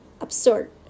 absurd